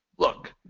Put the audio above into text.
Look